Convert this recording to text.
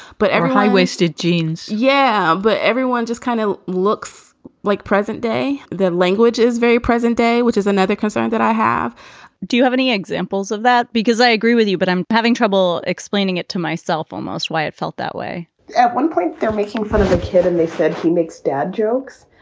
but every high waisted jeans. yeah. but everyone just kind of looks like present day. the language is very present day, which is another concern that i have do you have any examples of that? because i agree with you, but i'm having trouble explaining it to myself almost why it felt that way at one point they're making fun of the kid and they said he makes dad jokes.